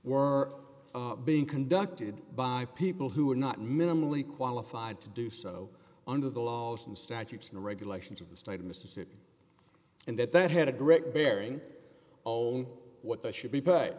were being conducted by people who were not minimally qualified to do so under the laws and statutes and regulations of the state of mississippi and that that had a direct bearing on what they should be